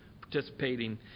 participating